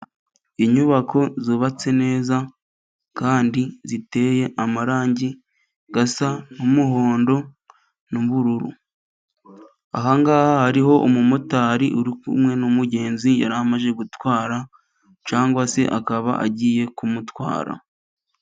Inyubako zubatse neza, kandi ziteye amarangi asa n'umuhondo n'ubururu, aha ngaha hariho umumotari uri kumwe n'umugenzi yari amaze gutwara, cyangwa se akaba agiye kumutwara.